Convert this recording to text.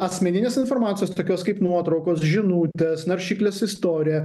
asmeninės informacijos tokios kaip nuotraukos žinutės naršyklės istorija